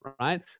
right